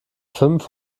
fünf